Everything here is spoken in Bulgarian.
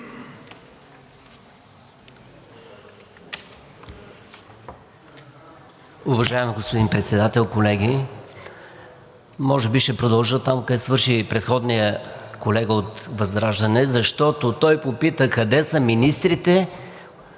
Уважаеми господин Председател, колеги! Може би ще продължа там, където свърши предходният колега от ВЪЗРАЖДАНЕ, защото той попита: къде са министрите,